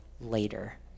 later